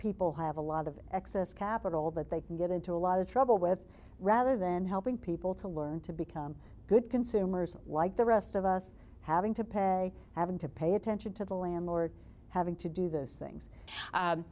people have a lot of excess capital that they can get into a lot of trouble with rather then helping people to learn to become good consumers like the rest of us having to pay having to pay attention to the landlord having to do those things